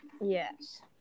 Yes